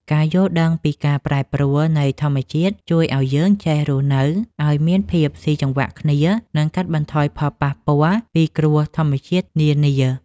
ការយល់ដឹងពីការប្រែប្រួលនៃធម្មជាតិជួយឱ្យយើងចេះរស់នៅឱ្យមានភាពស៊ីចង្វាក់គ្នា និងកាត់បន្ថយផលប៉ះពាល់ពីគ្រោះធម្មជាតិនានា។